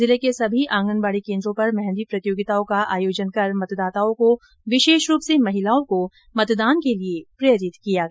जिले के सभी आंगनवाड़ी केंद्रों पर मेह दी प्रतियोगिताओं का आयोजन कर मतदाताओं को विशेष रूप से महिलाओं को मतदान करने के लिए प्रेरित किया गया